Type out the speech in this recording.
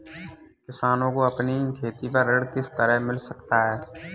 किसानों को अपनी खेती पर ऋण किस तरह मिल सकता है?